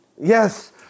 Yes